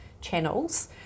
channels